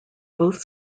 both